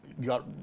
got